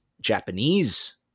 Japanese